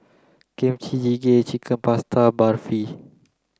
Kimchi Jjigae Chicken Pasta Barfi